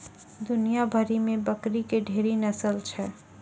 दुनिया भरि मे बकरी के ढेरी नस्ल छै